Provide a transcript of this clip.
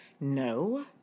no